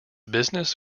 business